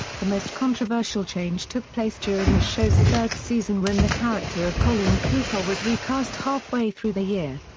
the most controversial change took place during the show's third season when the character of colleen cooper was recast halfway through the year.